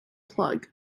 plug